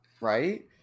Right